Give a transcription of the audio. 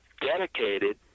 dedicated